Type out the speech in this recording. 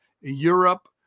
Europe